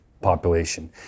population